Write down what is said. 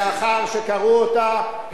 לאחר שקראו אותה,